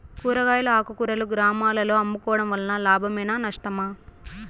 కూరగాయలు ఆకుకూరలు గ్రామాలలో అమ్ముకోవడం వలన లాభమేనా నష్టమా?